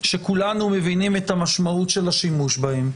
שכולנו מבינים את המשמעות של השימוש בהן,